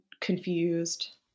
confused